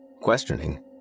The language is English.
Questioning